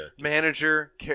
manager